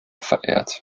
verehrt